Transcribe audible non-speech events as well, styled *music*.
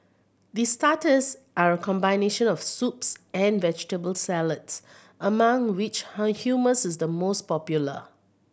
the starters are a combination of soups and vegetable salads among which *unintelligible* humours is the most popular